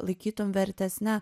laikytum vertesne